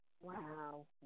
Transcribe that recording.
Wow